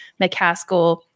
McCaskill